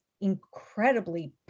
incredibly